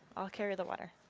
i'll carry the water.